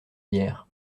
hier